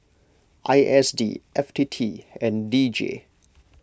I S D F T T and D J